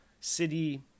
city